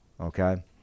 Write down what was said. Okay